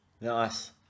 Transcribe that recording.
nice